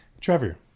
trevor